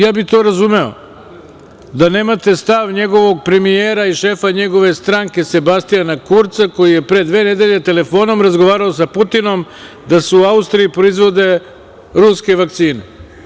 To bih razumeo da nemate stav njegovog premijera i šefa njegove stranke Sebastijana Kurca koji je pre dve nedelje telefonom razgovarao sa Putinom da se u Austriji proizvode ruske vakcine.